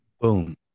Boom